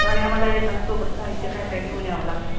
आणि आम्हाला येताना सोबत साहित्य काय काय घेऊन यावं लागेल